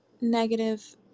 negative